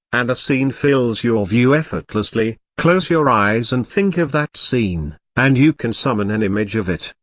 and a scene fills your view effortlessly close your eyes and think of that scene, and you can summon an image of it,